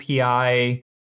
API